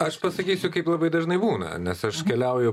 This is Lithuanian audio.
aš pasakysiu kaip labai dažnai būna nes aš keliauju